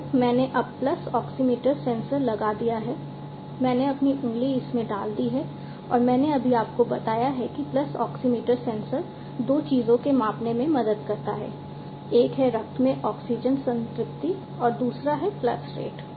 तो मैंने अब पल्स ऑक्सीमीटर सेंसर लगा दिया है मैंने अपनी उंगली उसमें डाल दी है और मैंने अभी आपको बताया है कि पल्स ऑक्सीमीटर सेंसर दो चीजों को मापने में मदद करता है एक है रक्त में ऑक्सीजन संतृप्ति और दूसरा है पल्स रेट